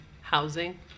housing